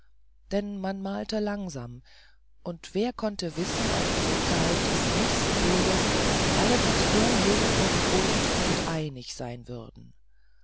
denn man malte langsam und wer konnte wissen ob zur zeit des nächsten bildes alle noch so jung und bunt und einig sein würden